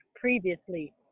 previously